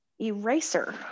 eraser